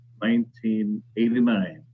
1989